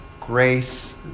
grace